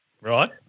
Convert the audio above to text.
right